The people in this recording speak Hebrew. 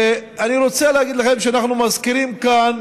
ואני רוצה להגיד לכם שאנחנו מזכירים כאן,